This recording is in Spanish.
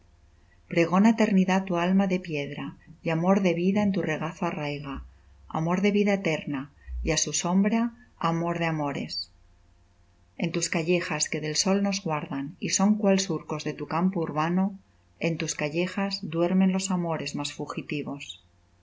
pregona eternidad tu alma de piedra y amor de vida en tu regazo arraiga amor de vida eterna y á su sombra amor de amores en tus callejas que del sol nos guardan y son cual surcos de tu campo urbano en tus callejas duermen los amores más fugitivos